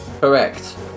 Correct